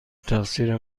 تقصیر